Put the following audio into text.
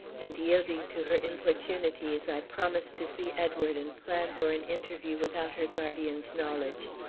and yielding to her importunities, i promised to see edward and plan for an interview without her guardian's knowledge.